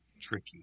tricky